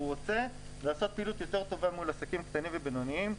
רוצה לעשות פעילות יותר טובה מול עסקים קטנים ובינוניים.